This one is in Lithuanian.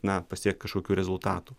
na pasiekt kažkokių rezultatų